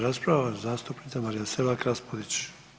rasprava zastupnica Marija Selak Raspudić.